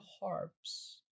harps